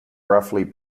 roughly